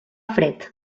fred